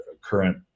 current